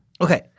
Okay